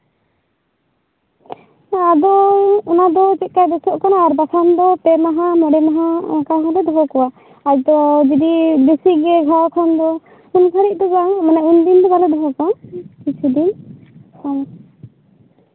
ᱟᱫᱚ ᱚᱱᱟ ᱫᱚ ᱪᱮᱫᱠᱟᱭ ᱵᱮᱥᱚᱜ ᱠᱟᱱᱟ ᱵᱟᱠᱷᱟᱱ ᱫᱚ ᱯᱮ ᱢᱟᱦᱟ ᱢᱚᱲᱮ ᱢᱟᱦᱟ ᱚᱱᱠᱟ ᱦᱚᱞᱮ ᱫᱚᱦᱚ ᱠᱚᱣᱟ ᱟᱫᱚ ᱡᱚᱫᱤ ᱵᱮᱥᱤ ᱜᱷᱟᱣ ᱠᱷᱟᱱ ᱫᱚ ᱩᱱ ᱜᱷᱟᱹᱲᱤᱡ ᱢᱟᱱᱮ ᱩᱱᱫᱤᱱ ᱫᱚ ᱵᱟᱝ ᱠᱤᱪᱷᱩ ᱫᱤᱱ